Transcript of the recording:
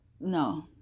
no